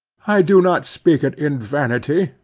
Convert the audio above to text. i do not speak it in vanity,